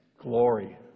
Glory